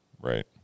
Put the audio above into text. Right